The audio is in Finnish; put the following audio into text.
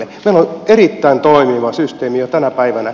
meillä on erittäin toimiva systeemi jo tänä päivänä